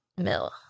Mill